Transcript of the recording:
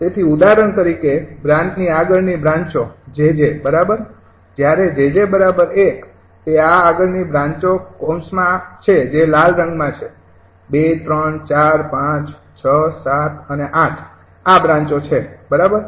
તેથી ઉદાહરણ તરીકે બ્રાન્ચની આગળ ની બ્રાંચો 𝑗𝑗 બરાબર જ્યારે 𝑗𝑗 ૧ તે આ આગળની બ્રાંચો કૌંસમાં છે જે લાલ રંગમાં છે ૨ ૩ ૪ ૫ ૬ ૭ અને ૮ આ બ્રાંચો છે બરાબર